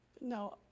no